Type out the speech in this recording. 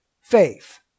faith